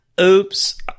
Oops